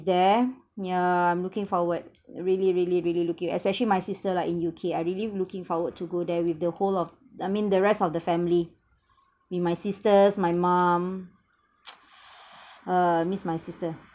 there yeah I'm looking forward really really really looking especially my sister lah in U_K I really looking forward to go there with the whole of I mean the rest of the family with my sisters my mum ah I miss my sister